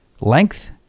Length